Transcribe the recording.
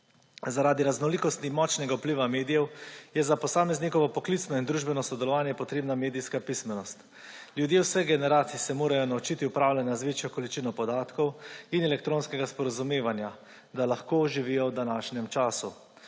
Zaradi raznolikosti in močnega vpliva medijev je za posameznikovo poklicno in družbeno sodelovanje potrebna medijska pismenost. Ljudje vseh generacij se morajo naučiti upravljanja z večjo količino podatkov in elektronskega sporazumevanja, da lahko živijo v današnjem času.